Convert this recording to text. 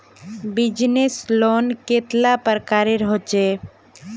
Business loan कतेला प्रकारेर होचे?